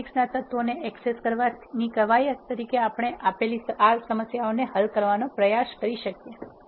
મેટ્રિક્સના તત્વોને એક્સેસ કરવાની કવાયત તરીકે તમે આપેલી આ સમસ્યાઓ હલ કરવાનો પ્રયાસ કરી શકો છો